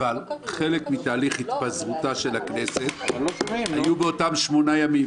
אבל חלק מתהליך התפזרותה של הכנסת היו באותם שמונה ימים